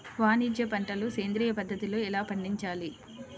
వాణిజ్య పంటలు సేంద్రియ పద్ధతిలో ఎలా పండించాలి?